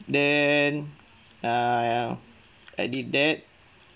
then err I did that